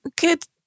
good